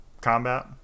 combat